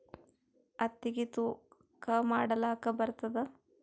ಹತ್ತಿಗಿ ತೂಕಾ ಮಾಡಲಾಕ ಬರತ್ತಾದಾ?